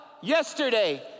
Yesterday